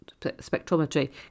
spectrometry